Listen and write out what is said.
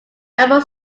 lumber